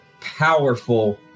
powerful